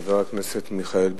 חבר הכנסת מיכאל בן-ארי,